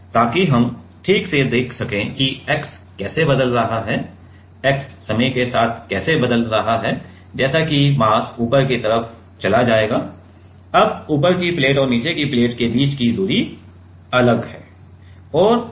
ताकि हम ठीक से देख सकें कि x कैसे बदल रहा है x समय के साथ कैसे बदल रहा है जैसा कि मास ऊपर की तरफ चला गया है अब ऊपर की प्लेट और नीचे की प्लेट के बीच की दूरी अलग है